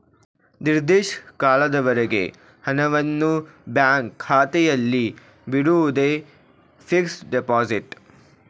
ನಿರ್ದಿಷ್ಟ ಕಾಲದವರೆಗೆ ಹಣವನ್ನು ಬ್ಯಾಂಕ್ ಖಾತೆಯಲ್ಲಿ ಬಿಡುವುದೇ ಫಿಕ್ಸಡ್ ಡೆಪೋಸಿಟ್